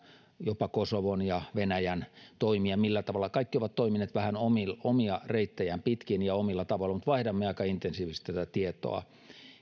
jopa kosovon ja venäjän toimia millä tavalla kaikki ovat toimineet vähän omia reittejään pitkin ja omilla tavoillaan mutta vaihdamme aika intensiivisesti tätä tietoa